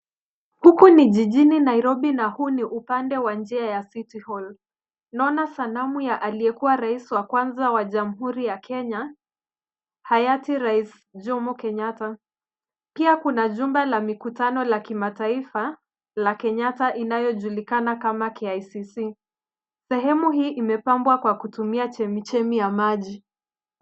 Huku ni jijini Nairobi na huu ni upande wa njia ya city hall. Naona sanamu ya aliyekuwa rais wa kwanza wa jamhuri ya Kenya, 'Hayati Rais Jomo Kenyatta'. Pia kuna jumba la mikutano la kimataifa la Kenyatta inayojulikana kama KICC. Sehemu hii imepambwa kwa kutumia chemi chemi ya maji.